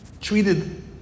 treated